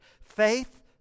Faith